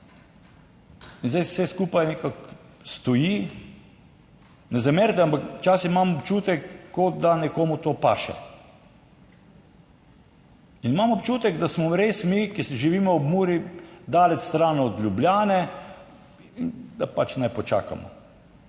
in zdaj vse skupaj nekako stoji. Ne zamerite, ampak včasih imam občutek kot da nekomu to paše in imam občutek, da smo res mi, ki živimo ob Muri, daleč stran od Ljubljane in da pač naj počakamo.